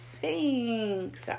Thanks